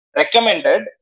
recommended